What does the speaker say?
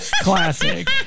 Classic